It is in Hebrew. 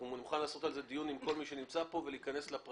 אני מוכן לערוך על זה דיון עם כל מי שנמצא פה ולהיכנס לפרטים.